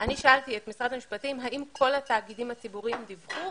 את משרד המשפטים האם כל התאגידים הציבוריים דיווחו,